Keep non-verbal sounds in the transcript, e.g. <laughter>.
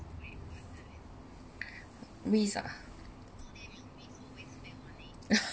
wist ah <laughs>